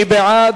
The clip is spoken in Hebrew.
מי בעד?